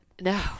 No